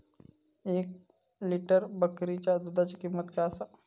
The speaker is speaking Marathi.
एक लिटर बकरीच्या दुधाची किंमत काय आसा?